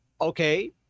okay